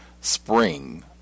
spring